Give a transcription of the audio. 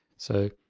so,